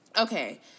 Okay